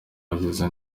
bageze